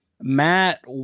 Matt